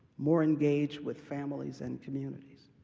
more engaged with families and communities.